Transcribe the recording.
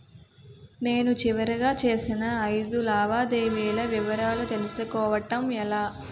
నేను చివరిగా చేసిన ఐదు లావాదేవీల వివరాలు తెలుసుకోవటం ఎలా?